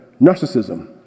narcissism